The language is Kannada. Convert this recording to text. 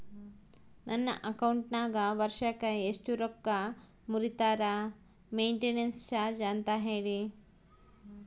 ನನ್ನ ಅಕೌಂಟಿನಾಗ ವರ್ಷಕ್ಕ ಎಷ್ಟು ರೊಕ್ಕ ಮುರಿತಾರ ಮೆಂಟೇನೆನ್ಸ್ ಚಾರ್ಜ್ ಅಂತ ಹೇಳಿ?